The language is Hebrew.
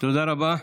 תודה רבה.